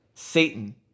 satan